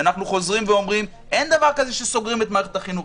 אנחנו חוזרים ואומרים: אין דבר כזה שסוגרים את מערכת החינוך.